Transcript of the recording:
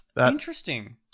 Interesting